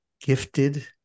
gifted